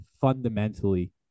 fundamentally